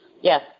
Yes